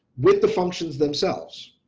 with the functions themselves.